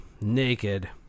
Naked